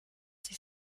sich